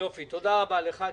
תודה רבה לך.